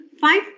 five